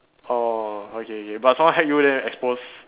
orh okay okay but someone hack you then expose